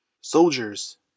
Soldiers